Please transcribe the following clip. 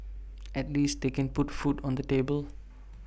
at least they can put food on the table